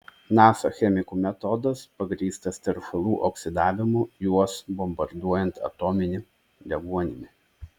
nasa chemikų metodas pagrįstas teršalų oksidavimu juos bombarduojant atominiu deguonimi